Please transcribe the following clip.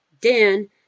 Dan